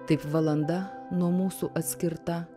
taip valanda nuo mūsų atskirta